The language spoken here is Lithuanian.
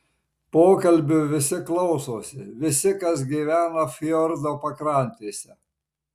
pokalbių visi klausosi visi kas gyvena fjordo pakrantėse